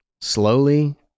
Slowly